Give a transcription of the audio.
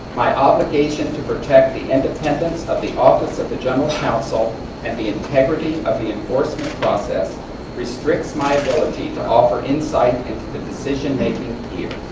my obligation to protect the independence of the office of the general counsel and the integrity of the enforcement process restricts my ability to but offer insight into the decision-making here.